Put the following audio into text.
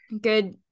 good